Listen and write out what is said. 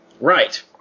Right